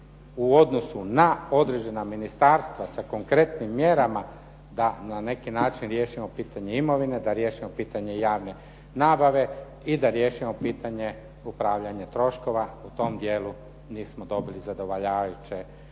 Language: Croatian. u odnosu na određena ministarstva sa konkretnim mjerama da na neki način riješimo pitanje imovine, da riješimo pitanje javne nabave i da riješimo pitanje upravljanja troškova. U tom dijelu nismo dobili zadovoljavajuće rezultate,